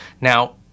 Now